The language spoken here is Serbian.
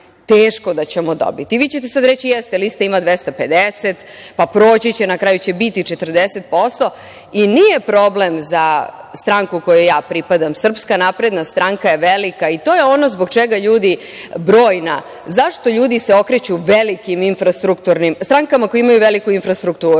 teško da ćemo dobiti. Vi ćete sad reći - jeste, lista ima 250, pa proći će, na kraju će biti 40% i nije problem za stranku kojoj ja pripadam. Srpska napredna stranka je velika i to je ono zbog čega se ljudi okreću velikim strankama, koje imaju veliku infrastrukturu.